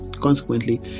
Consequently